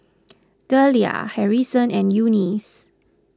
Dellia Harrison and Eunice